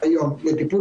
היום לטיפול